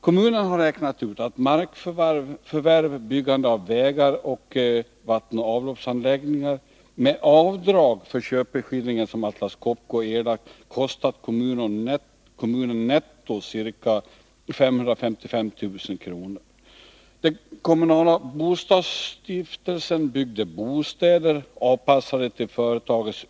Kommunen har räknat ut att markförvärv samt byggande av vägar och vattenoch avloppsanläggningar, med avdrag för den köpeskilling som Atlas Copco erlagt, har kostat kommunen ca 555 000 kr. netto.